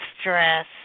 stress